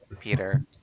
Peter